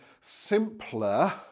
simpler